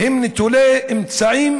הם נטולי אמצעים